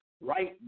right